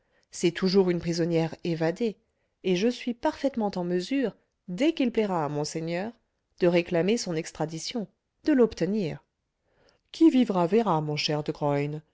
c'est toujours une prisonnière évadée et je suis parfaitement en mesure dès qu'il plaira à monseigneur de réclamer son extradition de l'obtenir qui vivra verra mon cher de graün